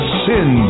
sin